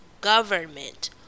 government